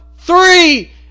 Three